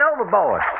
overboard